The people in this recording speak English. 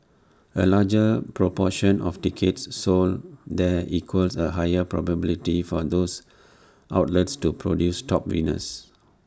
A larger proportion of tickets sold there equals A higher probability for those outlets to produce top winners